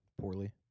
Poorly